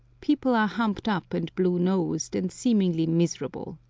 people are humped up and blue-nosed, and seemingly miserable.